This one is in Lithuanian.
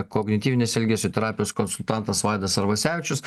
kognityvinės elgesio terapijos konsultantas vaidas arvasevičius